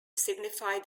signify